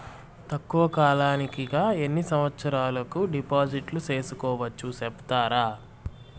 తక్కువ కాలానికి గా ఎన్ని సంవత్సరాల కు డిపాజిట్లు సేసుకోవచ్చు సెప్తారా